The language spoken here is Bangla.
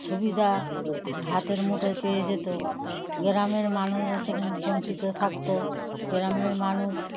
সুবিধা হাতের মুঠোয় পেয়ে যেত গ্রামের মানুষেরা সেখানে বঞ্চিত থাকত গ্রামের মানুষ